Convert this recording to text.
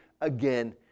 again